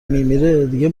میمیره، دیگه